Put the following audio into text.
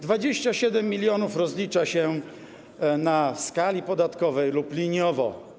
27 mln rozlicza się w skali podatkowej lub liniowo.